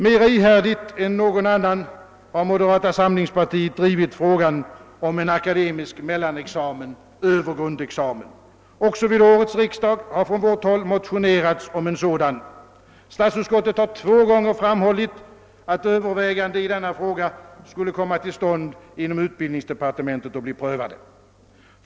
Mera ihärdigt än några andra har moderata samlingspartiet drivit frågan om en akademisk mellanexamen över grundexamen. Också vid årets riksdag har från vårt håll motionerats om en sådan. Statsutskottet har två gånger framhållit att överväganden i denna fråga skulle komma till stånd inom utbildningsdepartementet och bli prövade.